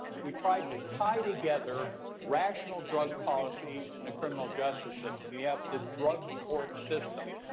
we tried to tie together rational drug policy and the criminal justice system we have the drug court system.